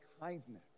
kindness